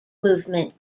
movement